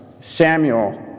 Samuel